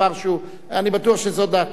אני בטוח שזו דעתו של השר גם כן.